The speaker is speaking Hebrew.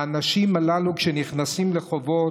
האנשים הללו, כשהם נכנסים לחובות,